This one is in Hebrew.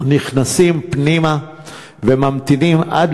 נכנסים פנימה וממתינים עד